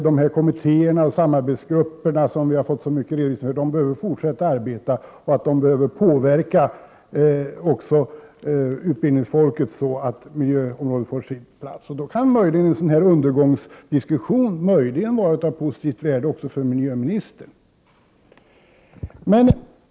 De kommittéer och samarbetsgrupper som vi har fått så många redovisningar om behöver fortsätta att arbeta, och de behöver påverka utbildningsfolket, så att miljöområdet får sin plats. Då kan möjligen en undergångsdiskussion vara av positivt värde även för miljöministern.